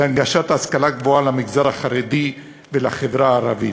להנגשת ההשכלה הגבוהה למגזר החרדי ולחברה הערבית,